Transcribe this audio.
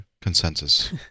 consensus